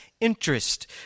interest